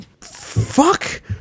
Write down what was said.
fuck